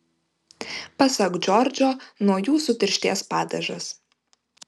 pasak džordžo nuo jų sutirštės padažas